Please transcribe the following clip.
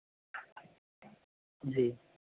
जी